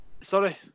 Sorry